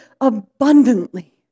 abundantly